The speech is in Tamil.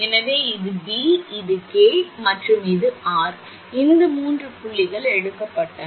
எனவே இது பி இது கே மற்றும் இது ஆர் இந்த மூன்று புள்ளிகள் எடுக்கப்பட்டன